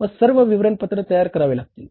व सर्व विवरणपत्र तयार करावे लागतील